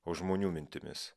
o žmonių mintimis